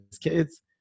kids